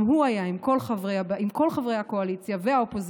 גם הוא היה עם כל חברי הקואליציה והאופוזיציה,